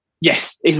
Yes